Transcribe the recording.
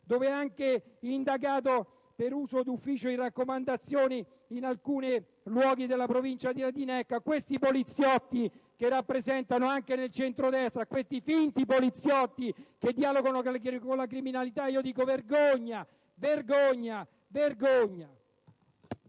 dove vi è anche chi è indagato per abuso di ufficio in raccomandazioni in alcuni luoghi della provincia di Latina. Ecco, a questi poliziotti che rappresentano il centrodestra, a questi finti poliziotti che dialogano con la criminalità io dico: vergogna, vergogna, vergogna!